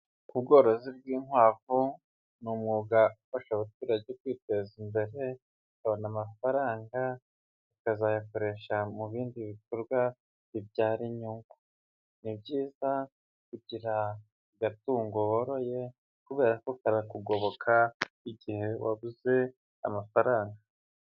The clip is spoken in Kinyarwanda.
Ubworozi bw'inkwavu ni umwuga ufasha abaturage kwiteza imbere, bakabona amafaranga, bakazayakoresha mu bindi bikorwa bibyara inyungu. Ni byiza kugira agatungo woroye kubera ko karakugoboka igihe wabuze amafaranga.